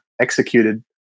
executed